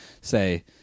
say